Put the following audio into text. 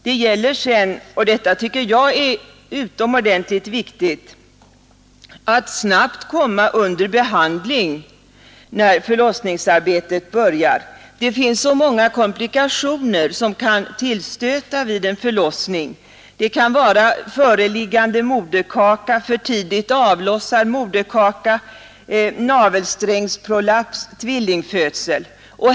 Det gäller sedan — och detta tycker jag är utomordentligt viktigt — att man snabbt kommer under behandling när förlossningsarbetet börjar. Det är så många komplikationer som kan tillstöta vid en förlossning. Det kan vara föreliggande moderkaka, för tidigt avlossad moderkaka, navelsträngsprolaps, tvillingfödsel.